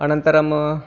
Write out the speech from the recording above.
अणन्तरम्